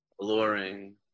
alluring